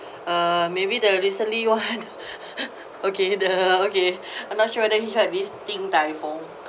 uh maybe the recently one okay the okay I'm not sure whether you heard this din tai fung